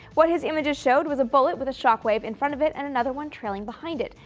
what his images showed was a bullet with a shock wave in front of it and another one trailing behind it,